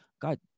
God